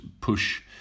push